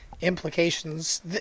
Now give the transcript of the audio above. implications